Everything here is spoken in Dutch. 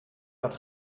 dat